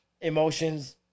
emotions